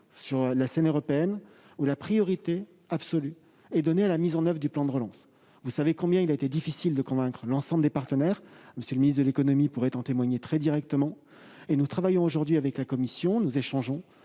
sur la scène européenne, la priorité absolue est accordée à sa mise en oeuvre. Vous savez combien il a été difficile de convaincre l'ensemble des partenaires ; M. le ministre de l'économie pourrait en témoigner. Nous travaillons aujourd'hui avec la Commission. Nous échangeons